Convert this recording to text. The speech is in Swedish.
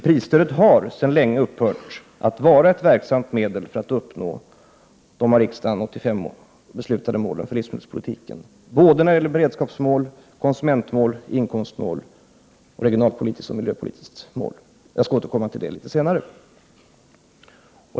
Prisstödet har sedan länge upphört att vara ett verksamt medel för att uppnå de av riksdagen 1985 beslutade målen för livsmedelspolitiken när det gäller såväl beredskapsmål, konsumentmål och inkomstmål som regionalpolitiskt och miljöpolitiskt mål. Jag skall återkomma till det litet senare.